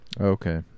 Okay